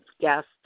guests